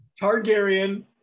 Targaryen